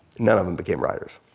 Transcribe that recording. none of em became writers.